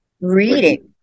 Reading